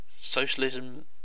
socialism